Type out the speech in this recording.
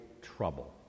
trouble